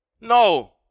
No